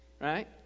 Right